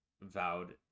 vowed